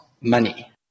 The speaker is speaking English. money